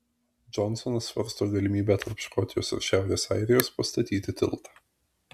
džonsonas svarsto galimybę tarp škotijos ir šiaurės airijos pastatyti tiltą